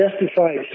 justified